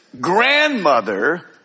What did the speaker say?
grandmother